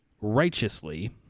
righteously